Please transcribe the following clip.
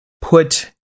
put